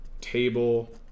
Table